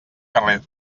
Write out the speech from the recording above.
carrer